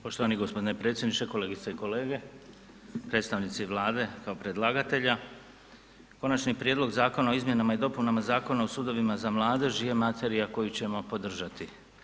Poštovani gospodine predsjedniče, kolegice i kolege, predstavnici Vlade kao predlagatelja, Konačni prijedlog Zakona o izmjenama i dopunama Zakona o sudovima za mladež je materija koju ćemo podržati.